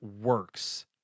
works